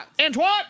Antoine